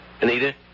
Anita